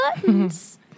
buttons